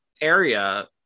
area